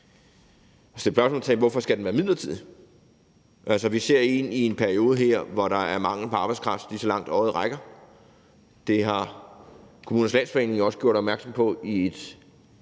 hvorfor den skal være midlertidig. Vi ser ind i en periode her, hvor der er mangel på arbejdskraft, lige så langt øjet rækker. Det har Kommunernes Landsforening også gjort opmærksom på et